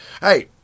hey